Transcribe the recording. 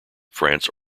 france